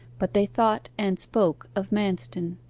but they thought and spoke of manston.